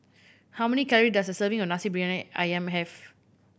how many calory does a serving of Nasi Briyani Ayam have